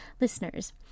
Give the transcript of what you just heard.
listeners